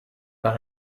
par